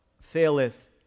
faileth